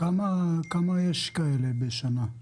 כמה כאלה יש בשנה?